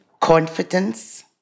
confidence